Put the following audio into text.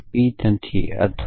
P નથી અથવા